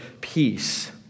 peace